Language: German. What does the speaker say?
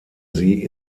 sie